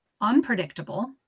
unpredictable